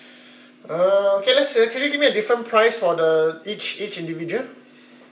uh okay let's say can you give me a different price for the each each individual